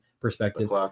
perspective